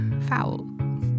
Foul